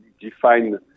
define